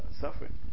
suffering